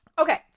okay